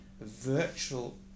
virtual